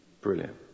Brilliant